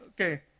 okay